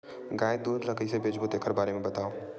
गाय दूध ल कइसे बेचबो तेखर बारे में बताओ?